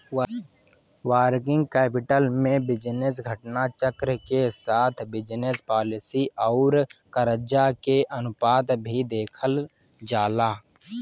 working capital में business घटना चक्र के साथ बिजनस पॉलिसी आउर करजा के अनुपात भी देखल जाला